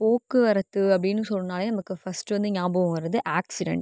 போக்குவரத்து அப்படினு சொன்னாலே நமக்கு ஃபர்ஸ்ட்டு வந்து நியாபகம் வரது ஆக்சிடென்ட்